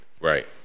Right